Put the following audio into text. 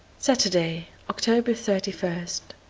saturday, october thirty first.